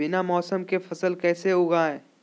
बिना मौसम के फसल कैसे उगाएं?